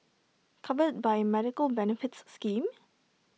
covered by A medical benefits scheme